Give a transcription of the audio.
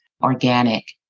organic